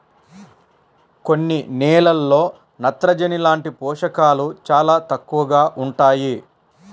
కొన్ని నేలల్లో నత్రజని లాంటి పోషకాలు చాలా తక్కువగా ఉంటాయి